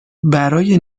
برای